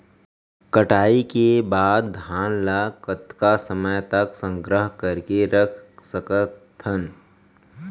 कटाई के बाद धान ला कतका समय तक संग्रह करके रख सकथन?